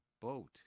boat